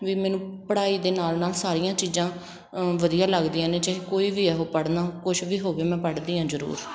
ਵੀ ਮੈਨੂੰ ਪੜ੍ਹਾਈ ਦੇ ਨਾਲ ਨਾਲ ਸਾਰੀਆਂ ਚੀਜ਼ਾਂ ਵਧੀਆ ਲੱਗਦੀਆਂ ਨੇ ਚਾਹੇ ਕੋਈ ਵੀ ਆ ਉਹ ਪੜ੍ਹਨਾ ਕੁਛ ਵੀ ਹੋਵੇ ਮੈਂ ਪੜ੍ਹਦੀ ਹਾਂ ਜ਼ਰੂਰ